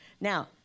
Now